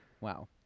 Wow